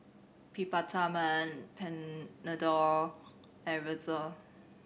Peptamen Panadol and